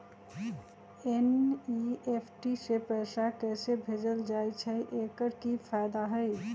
NEFT से पैसा कैसे भेजल जाइछइ? एकर की फायदा हई?